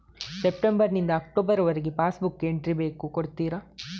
September ನಿಂದ October ವರಗೆ passbook entry ಬೇಕು ಕೊಡುತ್ತೀರಾ?